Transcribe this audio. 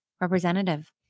Representative